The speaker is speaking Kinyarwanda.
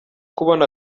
kubona